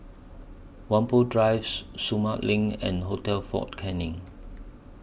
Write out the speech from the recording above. Whampoa Drive Sumang LINK and Hotel Fort Canning